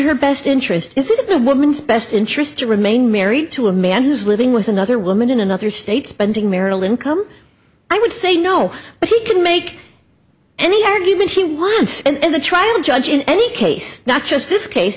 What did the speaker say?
her best interest is it the woman's best interest to remain married to a man who's living with another woman in another state spending marilyn come i would say no but he can make any argument he wants and the trial judge in any case not just this case